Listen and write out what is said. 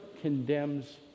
condemns